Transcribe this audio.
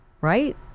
right